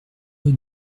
rue